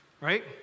right